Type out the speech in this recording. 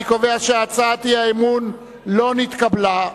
אני קובע שהצעת האי-אמון לא נתקבלה.